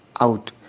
out